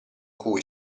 cui